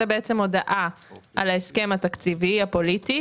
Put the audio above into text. זו בעצם הודעה על ההסכם התקציבי הפוליטי.